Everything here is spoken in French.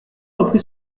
reprit